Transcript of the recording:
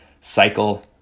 cycle